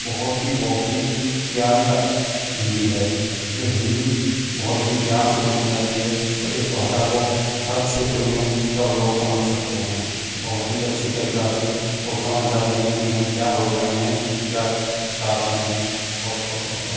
बहुत ही बहुत ही प्यारी हिंदी है जो हिंदी बहुत ही प्यार से बोली जाती है और इस भाषा को हर क्षेत्र में सब लोग समझ सकते हैं बहुत ही अच्छी तरीके से वो समझ जाते हैं कि हम क्या बोल रहे हैं हम क्या चाहते हैं बहुत बहुत धन्यवाद